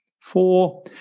Four